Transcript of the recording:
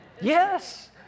Yes